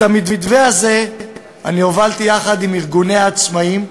את המתווה הזה אני הובלתי יחד עם ארגוני העצמאים,